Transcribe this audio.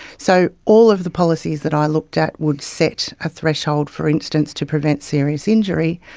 so all of the policies that i looked at would set a threshold, for instance, to prevent serious injury,